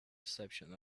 reception